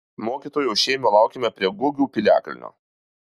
mokytojo šėmio laukėme prie gugių piliakalnio